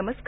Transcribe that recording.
नमस्कार